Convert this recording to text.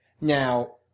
Now